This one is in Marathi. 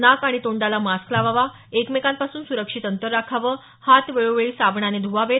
नाक आणि तोंडाला मास्क लावावा एकमेकांपासून सुरक्षित अंतर राखावं हात वेळोवेळी साबणाने ध्वावेत